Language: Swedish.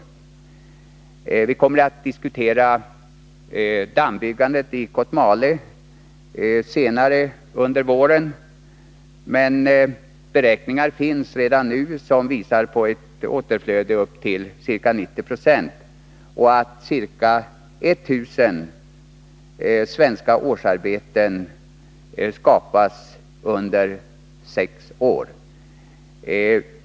Vi kommer att utvecklingssamardiskutera dammbyggandet i Kotmale senare under våren, men beräkningar bete m. m finns redan nu som visar på ett återflöde på upp till ca 90 92 och att ca 1 000 svenska årsarbeten skapas där under sex år.